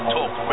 Talk